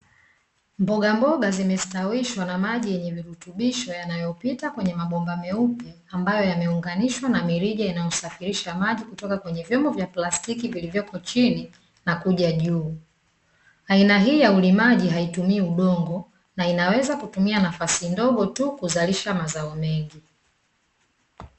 Mbogamboga zimestawishwa na maji yenye virutubisho, yanayopita kwenye mabomba meupe ambayo yameunganishwa na mirija inayosafirisha maji toka kwenye vyombo vya plastiki vilivyopo chini na kuja juu. Aina hii ya ulimaji haitumii udongo, na inaweza kutumia nafasi ndogo tuu kuzalisha mazao mengi.